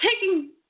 taking